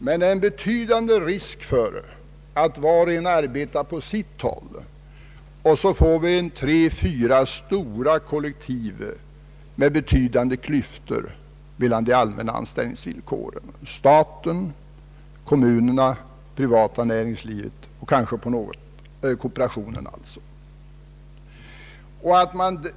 Men stor risk föreligger för att var och en arbetar på sitt håll med påföljd att vi får tre, fyra stora kollektiv med betydande klyftor mellan de allmänna anställningsvillkoren på statens, kommunernas, det privata näringslivets och kanske även på kooperationens område.